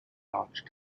large